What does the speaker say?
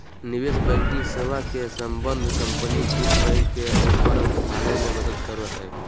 निवेश बैंकिंग सेवा मे सम्बद्ध कम्पनी वित्त बैंक के ऊपर उठाबे मे मदद करो हय